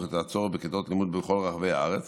את הצורך בכיתות לימוד בכל רחבי הארץ